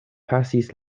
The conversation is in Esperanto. pasis